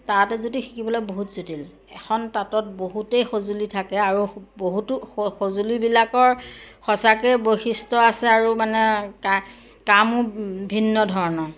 তাঁত এযুটি শিকিবলে বহুত জটিল এখন তাঁতত বহুতেই সঁজুলি থাকে আৰু বহুতো স সঁজুলিবিলাকৰ সঁচাকেই বৈশিষ্ট্য আছে আৰু মানে কামো ভিন্ন ধৰণৰ